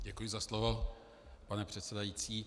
Děkuji za slovo, pane předsedající.